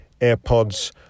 AirPods